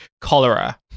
cholera